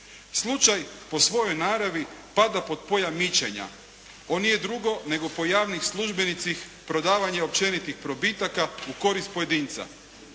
Slučaj po svojoj naravi pada pod pojam mićenja, on nije drugo nego po javnih službenicih prodavanje općenitih probitaka u korist pojedinca.